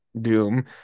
doom